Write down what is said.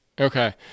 Okay